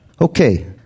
Okay